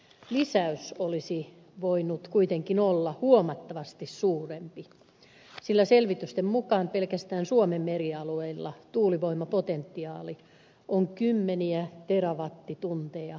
lisäys olisi voinut kuitenkin olla huomattavasti suurempi sillä selvitysten mukaan pelkästään suomen merialueilla tuulivoimapotentiaali on kymmeniä terawattitunteja vuodessa